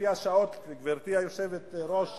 גברתי היושבת-ראש שלי,